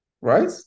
right